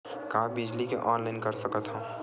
का बिजली के ऑनलाइन कर सकत हव?